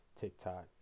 TikTok